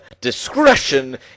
discretion